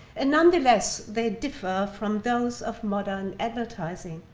and nonetheless, they differ from those of modern advertising.